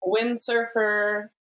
windsurfer